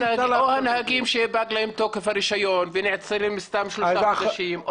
או נהגים שפג להם תוקף הרישיון ונעצרים סתם שלושה חודשים.